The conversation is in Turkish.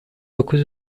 dokuz